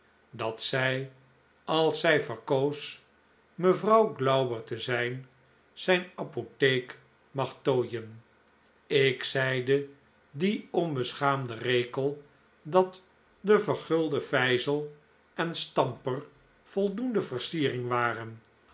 dat zij als zij verkoos mevrouw glauber te zijn zijn apotheek mag tooien ik zeide dien onbeschaamden rekel dat de vergulde vijzel en stamper voldoende versiering waren